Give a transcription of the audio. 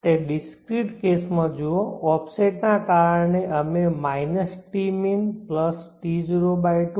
તે ડિસ્ક્રિટ કેસમાં જુઓ ઓફસેટ ના કારણે અમે tmin T02